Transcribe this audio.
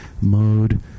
mode